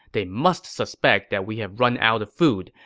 they must suspect that we have run out of food,